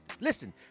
listen